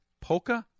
Polka